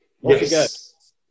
Yes